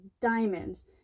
diamonds